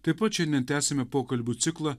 taip pat šiandien tęsiame pokalbių ciklą